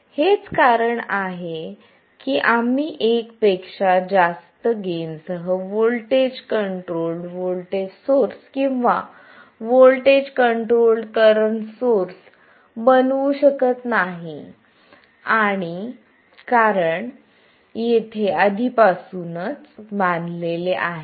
हेच कारण आहे की आम्ही एक पेक्षा जास्त गेन सह व्होल्टेज कंट्रोल्ड व्होल्टेज सोर्स किंवा व्होल्टेज कंट्रोल्ड करंट सोर्स बनवू शकत नाही कारण येथे आधीपासून बांधलेले आहे